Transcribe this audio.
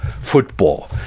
football